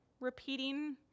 repeating